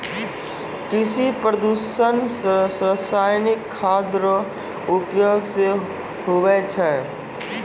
कृषि प्रदूषण रसायनिक खाद रो प्रयोग से हुवै छै